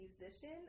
musician